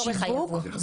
שיווק.